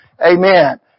Amen